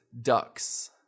ducks